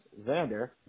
Xander